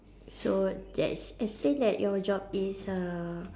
so that's it seems your job is uh